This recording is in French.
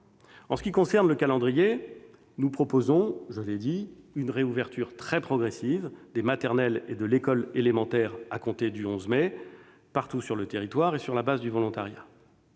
En ce qui concerne le calendrier, comme je l'ai indiqué, nous proposons une réouverture très progressive des maternelles et des écoles élémentaires à compter du 11 mai, partout sur le territoire et sur la base du volontariat.